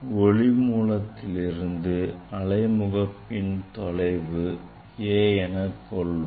ஒளி மூலத்திலிருந்து அலை முகப்புவின் தொலைவு a எனக் கொள்வோம்